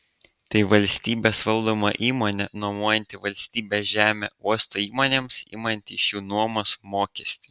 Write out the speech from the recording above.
tai valstybės valdoma įmonė nuomojanti valstybės žemę uosto įmonėms imanti iš jų nuomos mokestį